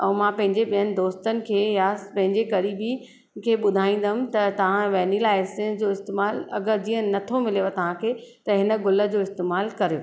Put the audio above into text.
ऐं मां पंहिंजे ॿियनि दोस्तनि खे या पंहिंजे करीबी खे ॿुधाईंदमि त तव्हां वैनिला एसेंस जो इस्तेमालु अगरि जीअं नथो मिलेव तव्हां खे त हिन गुल जो इस्तेमालु कयो